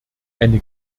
eine